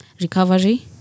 recovery